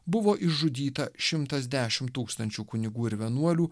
buvo išžudyta šimtas dešim tūkstančių kunigų ir vienuolių